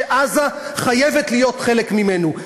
שעזה חייבת להיות חלק ממנו.